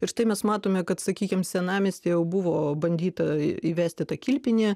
ir štai mes matome kad sakykim senamiestyje jau buvo bandyta įvesti tą kilpinį